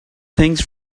things